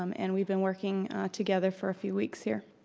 um and we've been working together for a few weeks here.